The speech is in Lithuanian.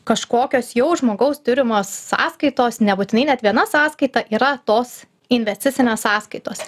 kažkokios jau žmogaus turimos sąskaitos nebūtinai net viena sąskaita yra tos investicinės sąskaitos